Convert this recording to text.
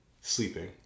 sleeping